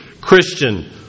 Christian